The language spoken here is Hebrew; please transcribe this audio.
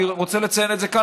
אני רוצה לציין את זה כאן,